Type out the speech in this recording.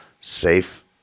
Safe